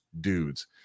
dudes